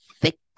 thick